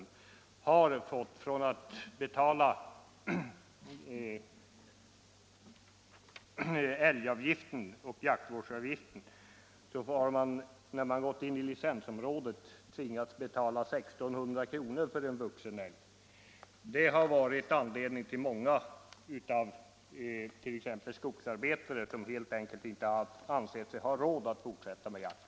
Det har hänt att man då fått betala älgavgift och jaktvårdsavgift på tillsammans 1600 kr. för en vuxen älg. Dessa kostnader har medfört att bl.a. många skogsarbetare helt enkelt inte ansett sig ha råd att fortsätta med jakt.